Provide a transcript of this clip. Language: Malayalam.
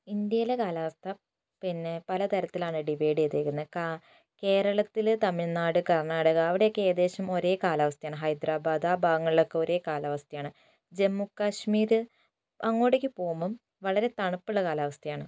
ഇന്ത്യയിലെ കാലാവസ്ഥ പിന്നെ പലതരത്തിലാണ് ഡിവൈഡ് ചെയ്തേക്കുന്നത് കേരളത്തിൽ തമിഴ്നാട് കർണാടക അവിടെയൊക്കെ ഏകദേശം ഒരേ കാലാവസ്ഥയാണ് ഹൈദറാബാദ് ആ ഭാഗങ്ങളിലൊക്കെ ഒരേ കാലാവസ്ഥയാണ് ജമ്മുകാശ്മീർ അങ്ങോട്ടേക്ക് പോകുമ്പം വളരെ തണുപ്പുള്ള കാലാവസ്ഥയാണ്